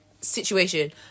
situation